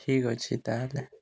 ଠିକ୍ ଅଛି ତା'ହେଲେ